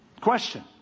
Question